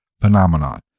phenomenon